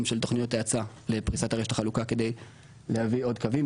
של תוכניות ההאצה לפריסת רשת החלוקה בשביל להביא עוד קווים,